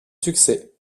succès